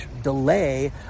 delay